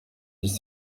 dix